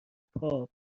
پاپ